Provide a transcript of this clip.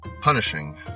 punishing